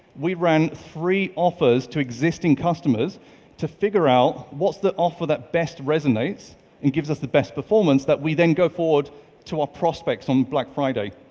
we ran three offers to existing customers to figure out what's the offer that best resonates and gives us the best performance, that we then go forward to our prospects on black friday.